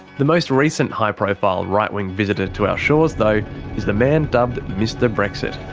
the most recent high profile right wing visitor to our shores though is the man dubbed mr brexit.